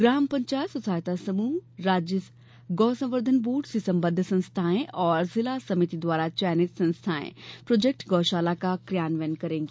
ग्राम पंचायत स्व सहायता समूह राज्य गौ संवर्धन बोर्ड से संबद्ध संस्थाएँ एवं जिला समिति द्वारा चयनित संस्थाएँ प्रोजेक्ट गौ शाला का क्रियान्वयन करेंगी